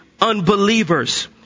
unbelievers